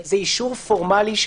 זה אישור פורמלי?